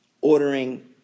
ordering